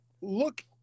look